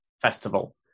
Festival